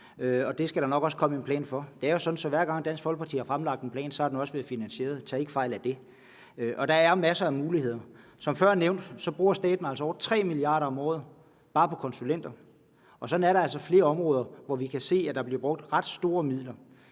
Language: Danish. det skal der nok også komme en plan for. Det er jo sådan, at hver gang Dansk Folkeparti har fremlagt en plan, har den også været finansieret, tag ikke fejl af det. Og der er masser af muligheder. Som før nævnt bruger staten altså over 3 mia. kr. om året bare på konsulenter, og sådan er der altså flere områder, hvor vi kan se at der bliver brugt ret store midler.